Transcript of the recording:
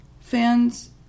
Fans